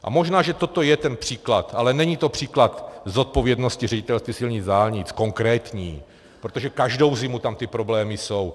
A možná že toto je ten příklad, ale není to příklad zodpovědnosti Ředitelství silnic a dálnic konkrétní, protože každou zimu tam ty problémy jsou.